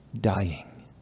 Dying